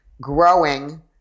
growing